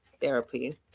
therapy